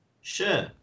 Sure